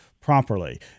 properly